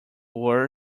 were